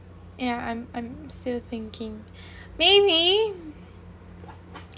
ya I'm I'm still thinking maybe